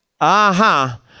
aha